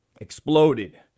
exploded